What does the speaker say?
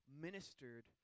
ministered